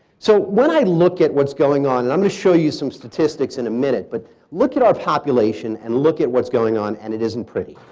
so when i look at what's going on, and i'm gonna show you some statistics in a minute, but look at our population and look at what's going on and it isn't pretty.